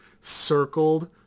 circled